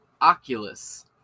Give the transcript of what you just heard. Oculus